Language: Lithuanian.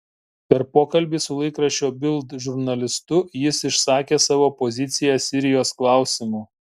per pokalbį su laikraščio bild žurnalistu jis išsakė savo poziciją sirijos klausimu